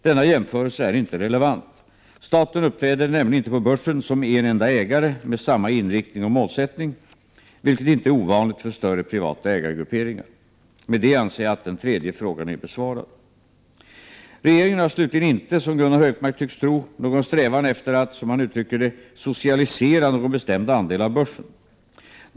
Denna jämförelse är inte relevant. Staten uppträder nämligen inte på börsen som en enda ägare med samma inriktning och målsättning, vilket inte är ovanligt för större privata ägargrupperingar. Med detta anser jag att den tredje frågan är besvarad. Regeringen har slutligen inte, som Gunnar Hökmark tycks tro, någon strävan efter att — som han uttrycker det — socialisera någon bestämd andel av börsen.